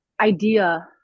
idea